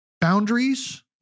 boundaries